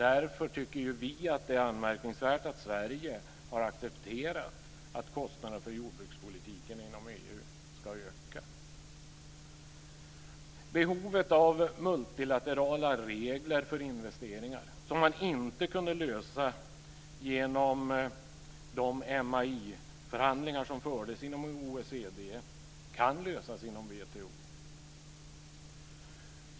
Därför tycker vi att det är anmärkningsvärt att Sverige har accepterat att kostnaderna för jordbrukspolitiken inom EU ska öka. Behovet av multilaterala regler för investeringar, som man inte kunde lösa genom de MAI förhandlingar som fördes inom OECD, kan lösas inom WTO.